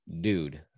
dude